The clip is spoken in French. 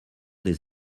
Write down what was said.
des